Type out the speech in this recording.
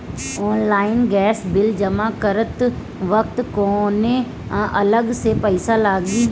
Online gas bill जमा करत वक्त कौने अलग से पईसा लागी?